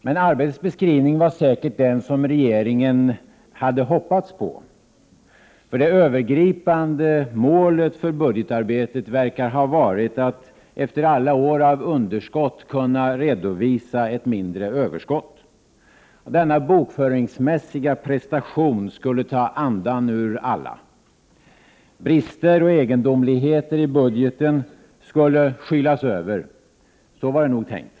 Men Arbetets beskrivning var säkert den som regeringen hade hoppats på, för det övergripande målet för budgetarbetet verkar ha varit att efter alla år av underskott kunna redovisa ett mindre överskott. Denna bokföringsmässiga prestation skulle ta andan ur alla. Brister och egendomligheter i budgeten skulle skylas över. Så var det nog tänkt.